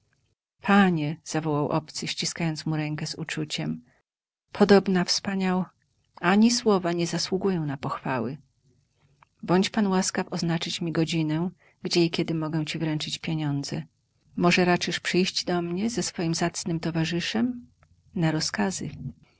panie zawołał obcy ściskając mu rękę z uczuciem podobna wspaniał ani słowa nie zasługuję na pochwały bądź pan łaskaw oznaczyć mi godzinę gdzie i kiedy mogę ci wręczyć pieniądze może raczysz przyjść do mnie ze swoim zacnym towarzyszem na rozkazy